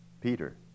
Peter